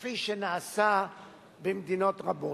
כפי שנעשה במדינות רבות.